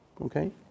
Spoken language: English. Okay